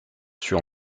sur